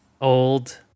old